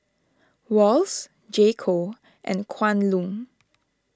Wall's J Co and Kwan Loong